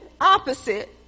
opposite